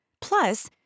Plus